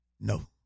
no